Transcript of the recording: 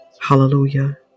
Hallelujah